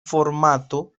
formato